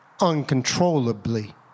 Uncontrollably